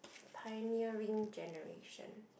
pioneering generation